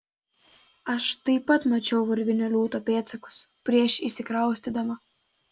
aš taip pat mačiau urvinio liūto pėdsakus prieš įsikraustydama